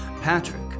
Patrick